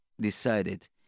decided